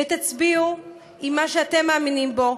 ותצביעו עם מה שאתם מאמינים בו.